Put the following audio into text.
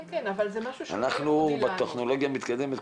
אנחנו בטכנולוגיה מתקדמת,